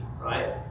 right